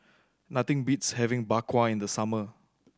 nothing beats having Bak Kwa in the summer